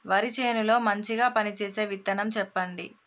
వరి చేను లో మంచిగా పనిచేసే విత్తనం చెప్పండి?